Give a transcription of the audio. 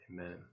Amen